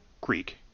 Greek